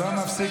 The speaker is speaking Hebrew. לא להפריע.